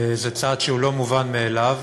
זה צעד שהוא לא מובן מאליו,